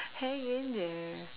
hang in there